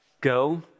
Go